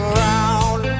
round